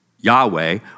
Yahweh